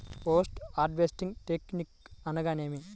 Post harvesting technique అనగా నేమి?